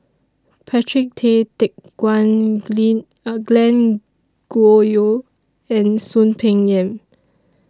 Patrick Tay Teck Guan A Glen Goei and Soon Peng Yam